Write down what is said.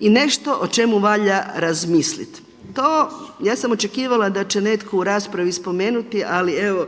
i nešto o čemu valja razmisliti. Ja sam očekivali da će netko u raspravi spomenuti, ali evo